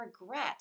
regret